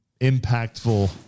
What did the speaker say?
impactful